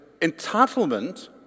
Entitlement